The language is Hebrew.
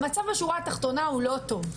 המצב בשורה התחתונה הוא לא טוב.